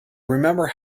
remember